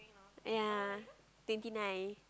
ya twenty nine